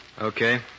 Okay